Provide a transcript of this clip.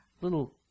little